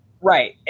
Right